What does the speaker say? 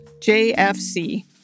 JFC